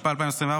התשפ"ה 2024,